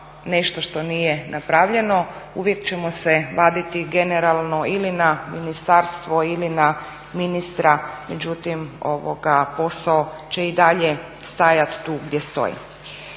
nešto što nije napravljeno uvijek ćemo se vaditi generalno ili na ministarstvo ili na ministra međutim posao će i dalje stajati tu gdje stoji.